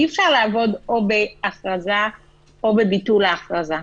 אי-אפשר לעבוד או בהכרזה או בביטול ההכרזה.